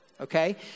okay